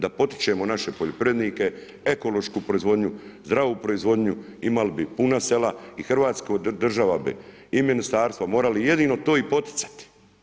Da potičemo naše poljoprivrednike, ekološku proizvodnju, zdravu proizvodnju imali bi puna sela i Hrvatska država bi i ministarstvo morali jedino to i poticati.